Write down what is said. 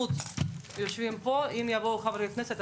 מי שלא מבין, מצטערת.